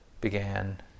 began